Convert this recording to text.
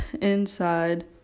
inside